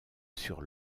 sur